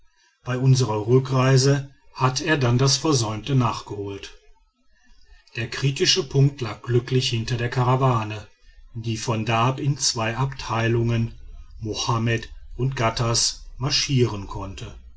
bei unserer rückreise hat er dann das versäumte nachgeholt der kritische punkt lag glücklich hinter der karawane die von da ab in zwei abteilungen mohammed und ghattas marschieren konnte